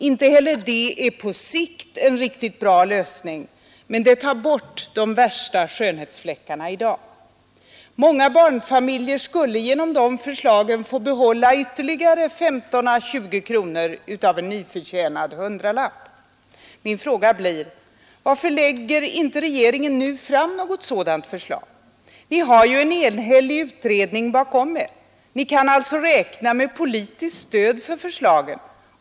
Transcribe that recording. Inte heller är det på sikt en riktigt bra lösning, men det tar bort de värsta skönhetsfläckarna i dag. Många barnfamiljer skulle genom de förslagen få behålla ytterligare 15 å 20 kronor av en nyförtjänad hundralapp. Min fråga blir därför: Varför lägger inte regeringen nu fram ett sådant förslag? Ni har ju en enhällig utredning bakom er. Ni kan alltså räkna med politiskt stöd för förslagen.